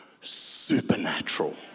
supernatural